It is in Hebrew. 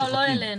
תודה רבה.